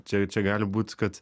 čia čia gali būt kad